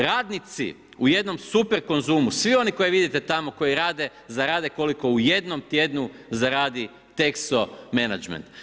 Radnici u jednom Super Konzumu, svi oni koje vidite tamo, koji rade, zarade koliko u jednom tjednu zgradi Texo Management.